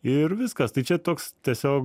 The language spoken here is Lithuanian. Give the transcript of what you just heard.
ir viskas tai čia toks tiesiog